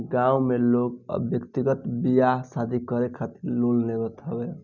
गांव में लोग व्यक्तिगत लोन बियाह शादी करे खातिर लेत हवे